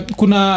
kuna